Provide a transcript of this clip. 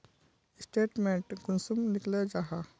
Statement कुंसम निकले जाहा?